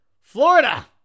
Florida